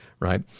Right